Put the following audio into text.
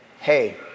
hey